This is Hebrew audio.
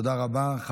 תודה רבה.